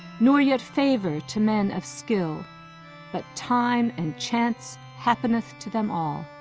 nor yet favor to men of skill but time and chance happeneth to them all.